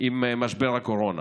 עם משבר הקורונה.